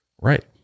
Right